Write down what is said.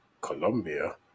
Colombia